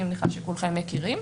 אני מניחה שכולכם מכירים,